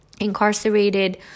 incarcerated